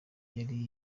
yari